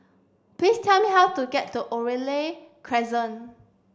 please tell me how to get to Oriole Crescent